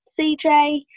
CJ